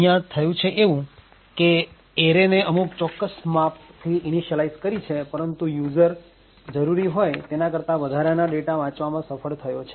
અહીંયા થયું છે એવું કે એરે ને અમુક ચોક્કસ માપ થી ઇનીસીયલાઈઝ કરી છે પરંતુ યુઝર જરૂરી હોય તેના કરતા વધારાના ડેટા વાંચવામાં સફળ થયો છે